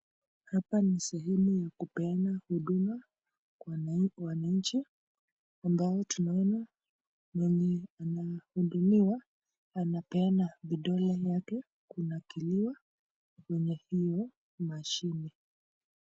Hapa ni sehemu ya kupeana huduma kwa wananchi ambao tunaona, mwenye anahudumiwa, anapeana vidole yake kunakiliwa kwenye hiyo mashini.